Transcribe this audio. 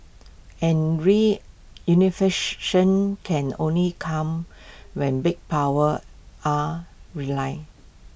and can only come when big powers are realigned